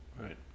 Right